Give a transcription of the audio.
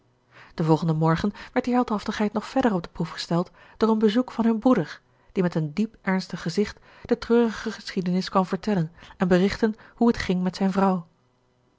den volgenden morgen werd die heldhaftigheid nog verder op de proef gesteld door een bezoek van hun broeder die met een diep ernstig gezicht de treurige geschiedenis kwam vertellen en berichten hoe het ging met zijn vrouw